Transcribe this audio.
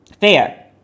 Fair